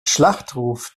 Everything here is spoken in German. schlachtruf